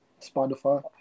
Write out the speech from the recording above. Spotify